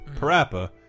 Parappa